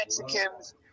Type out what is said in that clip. Mexicans